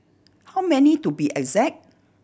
how many to be exact